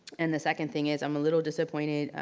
and the second thing is, i'm a little disappointed,